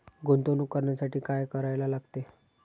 गुंतवणूक करण्यासाठी काय करायला लागते?